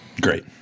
Great